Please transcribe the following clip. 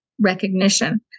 recognition